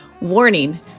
warning